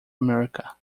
america